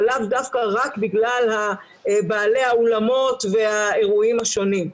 אבל לאו דווקא רק בגלל בעלי האולמות והאירועים השונים.